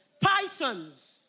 Pythons